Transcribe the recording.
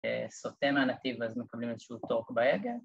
‫אה... סוטה מהנתיב ואז מקבלים ‫איזשהו שוק בהגה?